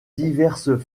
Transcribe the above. diverses